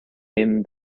him